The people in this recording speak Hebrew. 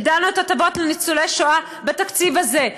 הגדלנו את ההטבות לניצולי שואה בתקציב הזה,